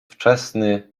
wczesny